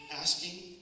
asking